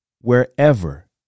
Wherever